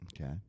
Okay